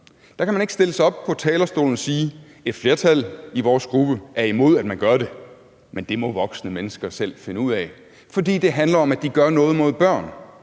Der kan man ikke stille sig op på talerstolen og sige: Et flertal i vores gruppe er imod, at det bliver gjort, men det må voksne mennesker selv finde ud af. For det handler om, at de gør noget mod børn.